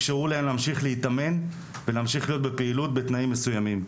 אפשרו להם להמשיך להתאמן ולהמשיך להיות בפעילות בתנאים מסוימים,